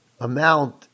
amount